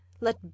let